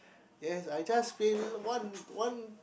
ya I just fail one one